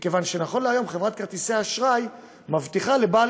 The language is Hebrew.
מכיוון שנכון להיום חברת כרטיסי האשראי מבטיחה לבעל